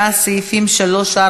27 לסעיף 3?